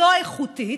לא איכותית,